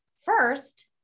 First